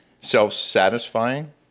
Self-satisfying